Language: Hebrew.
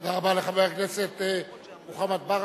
תודה לחבר הכנסת מוחמד ברכה.